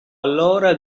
allora